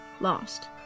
lost